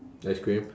ice cream